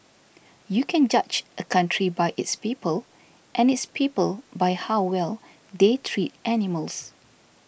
you can judge a country by its people and its people by how well they treat animals